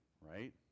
Right